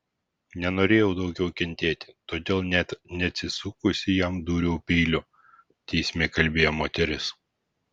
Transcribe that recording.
nenorėjau daugiau kentėti todėl net neatsisukusi jam dūriau peiliu teisme kalbėjo moteris